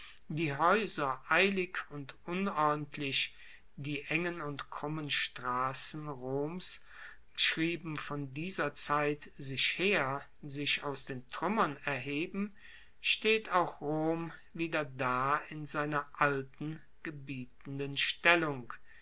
die haeuser eilig und unordentlich die engen und krummen strassen roms schrieben von dieser zeit sich her sich aus den truemmern erheben steht auch rom wieder da in seiner alten gebietenden stellung